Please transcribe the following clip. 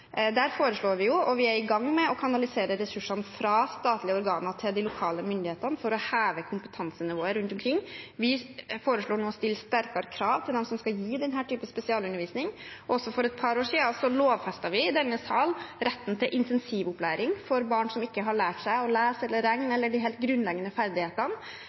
Der foreslår vi, og er i gang med, å kanalisere ressursene fra statlige organer til lokale myndigheter, for å heve kompetansenivået rundt omkring. Vi foreslår nå å stille sterkere krav til dem som skal gi denne typen spesialundervisning. For et par år siden lovfestet vi også i denne sal retten til intensivopplæring for barn som ikke har lært seg å lese eller regne, eller de helt grunnleggende ferdighetene.